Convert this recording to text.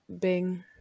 Bing